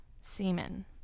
semen